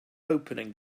opening